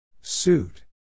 Suit